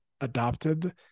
adopted